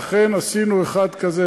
ואכן עשינו אחד כזה,